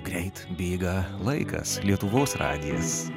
greit bėga laikas lietuvos radijas